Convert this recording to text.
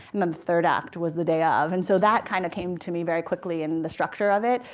and then third act was the day of. and so that kind of came to me very quickly in the structure of it.